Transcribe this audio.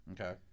Okay